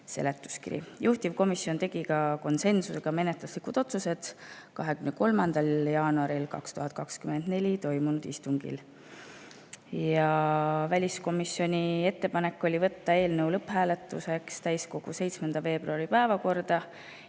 seletuskiri. Juhtivkomisjon tegi konsensusega menetluslikud otsused 23. jaanuaril 2024 toimunud istungil. Väliskomisjoni ettepanek oli võtta eelnõu lõpphääletuseks täiskogu 7. veebruari päevakorda.